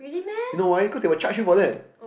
you know why cause they will charge you for that